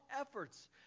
efforts